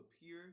appear